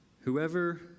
Whoever